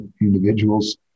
individuals